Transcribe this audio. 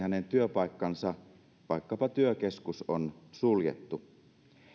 hänen työpaikkansa vaikkapa työkeskus on suljettu